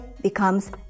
becomes